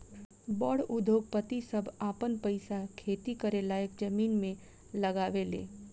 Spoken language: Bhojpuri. बड़ उद्योगपति सभ आपन पईसा खेती करे लायक जमीन मे लगावे ले